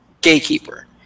gatekeeper